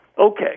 okay